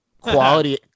Quality